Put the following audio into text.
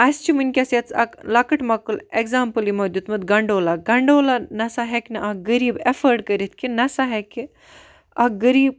اَسہِ چھُ وٕنکیٚس ییٚتَس اکھ لَکٕٹۍ موٚکل ایٚگزامپٕل یمو دیتمُت گَنڈولا گَنڈولا نَسا ہیٚکہِ نہٕ اکھ غریب ایٚفٲڈ کٔرِتھ کہِ نَسا ہیٚکہِ اکھ غریٖب